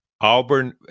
Auburn